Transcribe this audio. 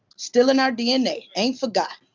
still in our dna. ain't forgot.